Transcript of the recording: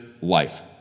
life